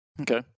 Okay